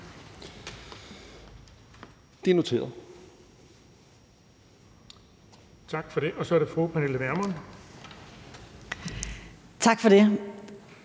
Det er noteret.